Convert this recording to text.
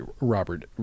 Robert